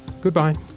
Goodbye